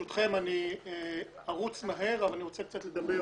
ברשותכם, אני ארוץ מהר, אבל אני רוצה קצת לדבר